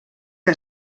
que